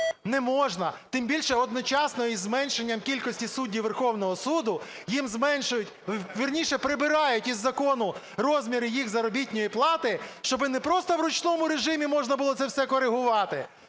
не можна. Тим більше одночасно із зменшенням кількості суддів Верховного Суду їм зменшують, вірніше, прибирають із закону розміри їх заробітної плати, щоби не просто в ручному режимі можна було це все корегувати,